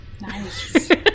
Nice